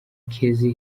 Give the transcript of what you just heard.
kezi